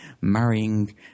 marrying